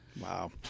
Wow